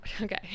Okay